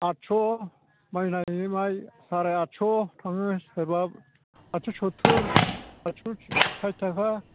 आदस' माइ नायै माइ साराय आथस' थाङो सोरबा साथि सुत्थुर साइथ थाखा